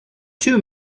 two